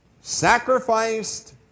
sacrificed